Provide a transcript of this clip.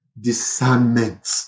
discernment